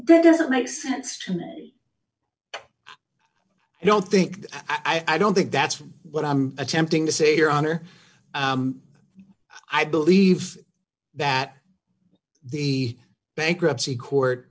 that doesn't make sense to me i don't think i don't think that's what i'm attempting to say your honor i believe that the bankruptcy court